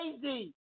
crazy